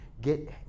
get